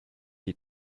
die